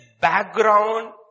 background